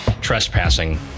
trespassing